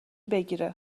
بگیره